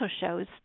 shows